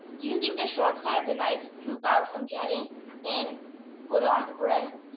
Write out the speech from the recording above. using the short size a knife scoop out some jelly and put on the bread.